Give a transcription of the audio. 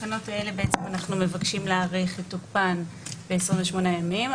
בתקנות האלה אנחנו מבקשים להאריך את תוקפן ב-28 ימים,